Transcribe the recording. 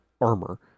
armor